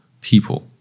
people